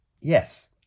yes